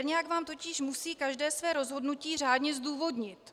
Berňák vám totiž musí každé své rozhodnutí řádně zdůvodnit.